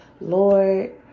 Lord